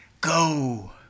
Go